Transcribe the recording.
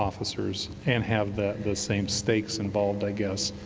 officers, and have the the same stakes involved, i guess,